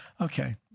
okay